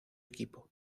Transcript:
equipo